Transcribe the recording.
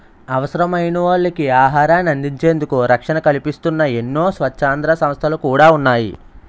అవసరమైనోళ్ళకి ఆహారాన్ని అందించేందుకు రక్షణ కల్పిస్తూన్న ఎన్నో స్వచ్ఛంద సంస్థలు కూడా ఉన్నాయి